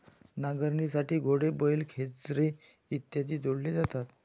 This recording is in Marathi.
नांगरणीसाठी घोडे, बैल, खेचरे इत्यादी जोडले जातात